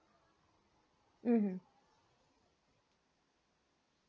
mmhmm